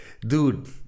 dude